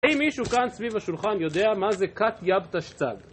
אם מישהו כאן סביב השולחן יודע, מה זה קאט יב תשצג?